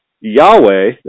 Yahweh